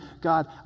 God